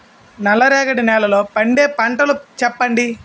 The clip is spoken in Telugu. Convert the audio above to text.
నల్ల రేగడి నెలలో పండే పంటలు చెప్పండి?